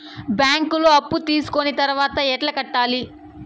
బ్యాంకులో అప్పు తీసుకొని తర్వాత ఎట్లా కట్టాలి?